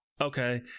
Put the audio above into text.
okay